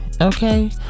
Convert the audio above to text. okay